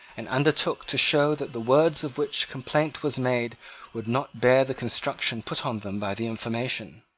and undertook to show that the words of which complaint was made would not bear the construction put on them by the information.